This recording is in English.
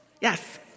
Yes